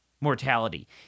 mortality